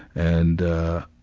and ah,